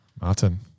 Martin